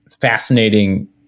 fascinating